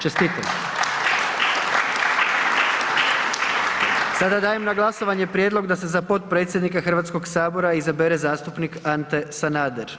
Čestitam. Sad dajem na glasovanje Prijedlog da se za potpredsjednika Hrvatskog sabora izabere zastupnik Ante Sanader.